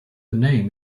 name